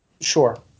Sure